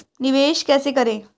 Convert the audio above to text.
निवेश कैसे करें?